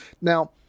Now